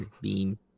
beam